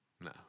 No